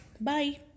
Bye